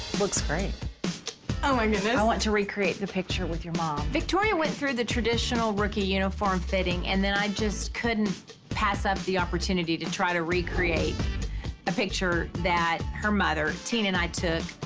looks great um i you know want to recreate the picture with your mom. victoria went through the traditional rookie uniform fitting and then i just couldn't pass up the opportunity to try to recreate a picture that her mother, tina and i took,